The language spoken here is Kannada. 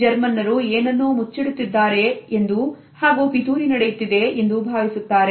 ಜರ್ಮನ್ನರು ಏನನ್ನು ಮುಚ್ಚಿಡುತ್ತಿದ್ದಾರೆ ಎಂದು ಹಾಗೂ ಪಿತೂರಿ ನಡೆಯುತ್ತಿದೆ ಎಂದು ಭಾವಿಸುತ್ತಾರೆ